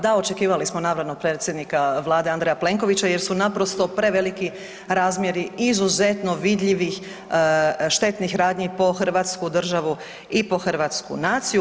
Da očekivali smo naravno predsjednika Vlade, Andreja Plenkovića jer su naprosto preveliki razmjeri izuzetno vidljivih štetnih radnji po hrvatsku državu i po hrvatsku naciju.